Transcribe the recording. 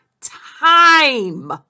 time